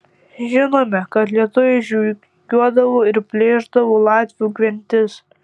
žinome kad lietuviai žygiuodavo ir plėšdavo latvių gentis